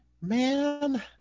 man